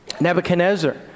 Nebuchadnezzar